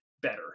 better